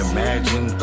Imagine